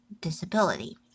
disability